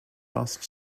last